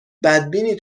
بدبینی